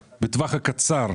קצר.